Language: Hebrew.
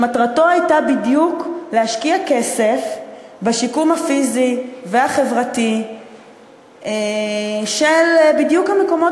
שמטרתו הייתה בדיוק להשקיע כסף בשיקום הפיזי והחברתי של המקומות